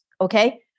okay